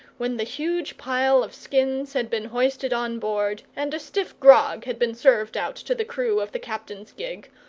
when the huge pile of skins had been hoisted on board, and a stiff grog had been served out to the crew of the captain's gig,